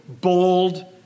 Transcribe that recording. Bold